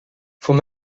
voor